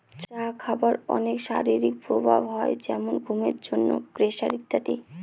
চা খাবার অনেক শারীরিক প্রভাব হয় যেমন ঘুমের জন্য, প্রেসার ইত্যাদি